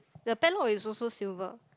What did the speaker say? the padlock is also silver